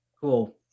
Cool